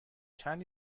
چند